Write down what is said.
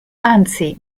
anzi